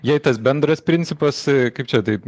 jei tas bendras principas kaip čia taip